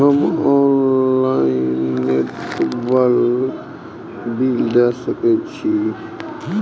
हम ऑनलाईनटेबल बील दे सके छी?